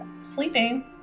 sleeping